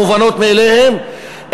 המובנות מאליהן,